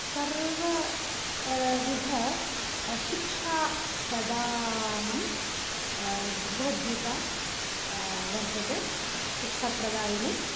सर्वविध शिक्षा प्रदानं भगवद्गीता वर्तते शिक्षाप्रदायिनी